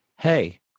hey